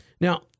Now